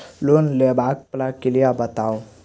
Loan लेबाक प्रक्रिया बताऊ?